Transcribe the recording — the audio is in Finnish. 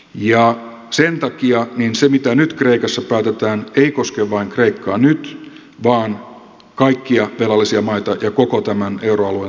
ja sen takia se mitä nyt kreikassa päätetään ei koske vain kreikkaa nyt vaan kaikkia velallisia maita ja koko tämän euroalueen tulevaa kehitystä